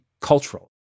cultural